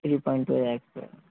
three point two lakhs sir